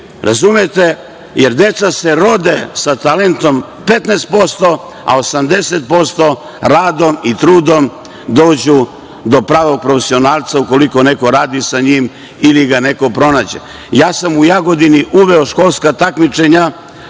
razumete? Deca se rode sa talentom 15%, a 80% radom i trudom dođu do pravog profesionalca, ukoliko neko radi sa njim, ili ga neko pronađe. Ja sam u Jagodini uveo školska takmičenja,